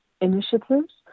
initiatives